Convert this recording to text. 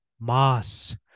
Mass